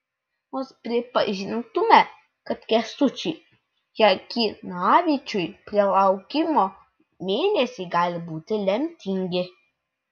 nors pripažintume kad kęstučiui jakimavičiui tie laukimo mėnesiai gali būti lemtingi